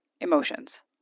emotions